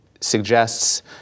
suggests